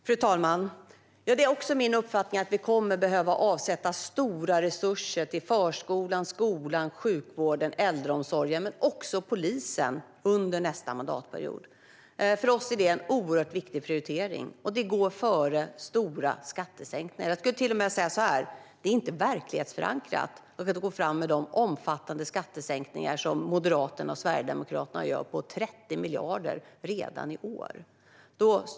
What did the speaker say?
Fru talman! Ja, det är också min uppfattning att vi kommer att behöva avsätta stora resurser till förskolan, skolan, sjukvården och äldreomsorgen men också polisen under nästa mandatperiod. För oss är det en oerhört viktigt prioritering, och det går före stora skattesänkningar. Jag skulle till och med säga att det inte är verklighetsförankrat att gå fram med de omfattande skattesänkningar på 30 miljarder som Moderaterna och Sverigedemokraterna gör redan i år.